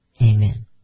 amen